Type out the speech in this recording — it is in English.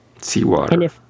Seawater